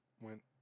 went